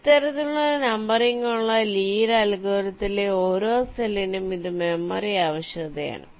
ഇത്തരത്തിലുള്ള നമ്പറിംഗ് ഉള്ള ലീയുടെ അൽഗോരിതത്തിലെLee's algorithm ഓരോ സെല്ലിനും ഇത് മെമ്മറി ആവശ്യകതയാണ്